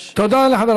תודה, אדוני היושב-ראש.